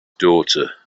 daughter